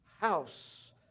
house